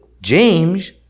james